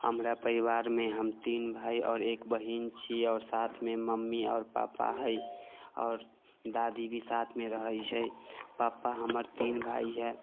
हमरा परिवारमे हम तीन भाइ आओर एक बहीन छी आओर साथमे मम्मी आओर पापा हइ आओर दादी भी साथमे रहैत छै पापा हमर तीन भाय हइ